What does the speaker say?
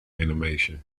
animation